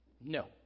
No